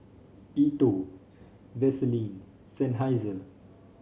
E TWOW Vaseline Seinheiser